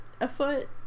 afoot